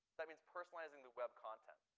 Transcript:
that means personalizing the web content.